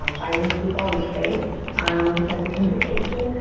um biting people in the face um as a communication,